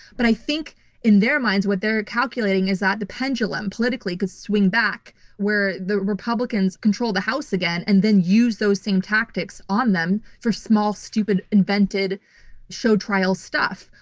but i think in their minds what they're calculating is that the pendulum politically could swing back where the republicans control the house again and then use those same tactics on them for small, stupid invented show trial stuff.